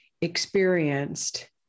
experienced